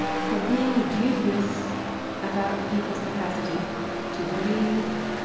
for being and dubious about the people's capacity to believe,